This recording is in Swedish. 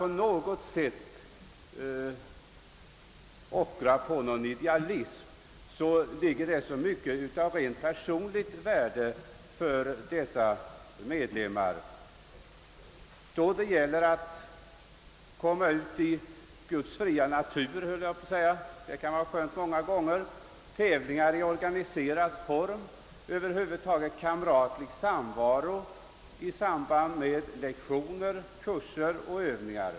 Vi behöver inte ockra på idealismen. Det ligger så mycket av rent personligt värde för dessa medlemmar i att få kom ma ut i Guds fria natur, att få delta i utbildning och tävlingar i organiserad form eller i kamratlig samvaro över huvud taget i samband med lektioner, kurser och övningar.